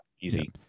Easy